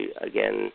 again